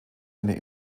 seine